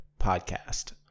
Podcast